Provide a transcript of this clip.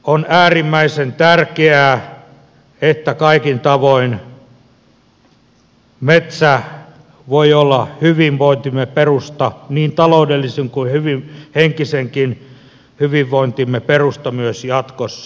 on äärimmäisen tärkeää että kaikin tavoin metsä voi olla hyvinvointimme perusta niin taloudellisen kuin henkisenkin hyvinvointimme perusta myös jatkossa